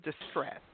distress